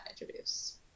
introduce